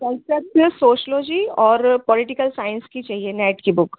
Sanskrit sociology और political science की चाहिए नेट की बुक